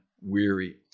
weary